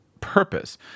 purpose